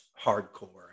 hardcore